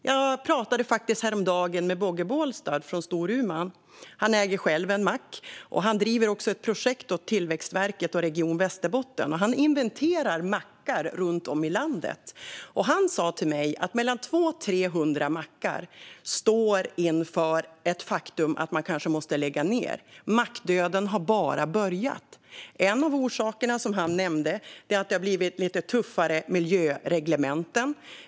Jag pratade häromdagen med Bogge Bolstad från Storuman. Han äger själv en mack och driver ett projekt åt Tillväxtverket och Region Västerbotten och inventerar mackar runt om i landet. Han sa till mig att mellan 200 och 300 mackar står inför faktumet att man kanske måste lägga ned. Mackdöden har bara börjat. En av orsakerna han nämnde är att det har blivit lite tuffare miljöreglementen.